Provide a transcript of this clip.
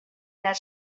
that